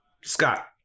Scott